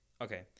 Okay